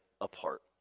apart